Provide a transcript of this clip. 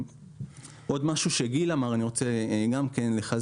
עוד משהו שגיל אמר ואני רוצה לחזק.